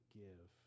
give